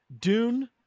Dune